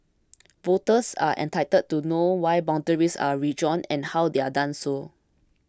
voters are entitled to know why boundaries are redrawn and how they are done so